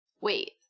Wait